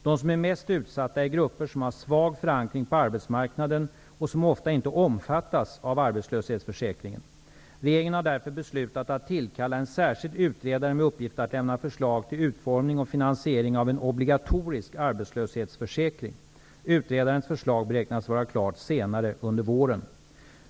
De som är mest utsatta är grupper som har svag förankring på arbetsmarknaden och som ofta inte omfattas av arbetslöshetsförsäkringen. Regeringen har därför beslutat att tillkalla en särskild utredare med uppgift att lämna förslag till utformning och finansiering av en obligatorisk arbetslöshetsförsäkring . Utredarens förslag beräknas vara klart senare under våren.